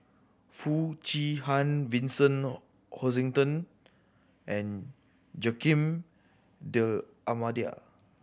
Foo Chee Han Vincent Hoisington and Joaquim D'Almeida